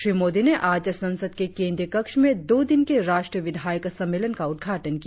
श्री मोदी ने आज संसद के केंद्रीय कक्ष में दो दिन के राष्ट्रीय विधायक सम्मेलन का उदघाटन किया